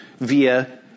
via